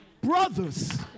brothers